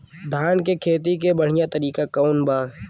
धान के खेती के बढ़ियां तरीका कवन बा?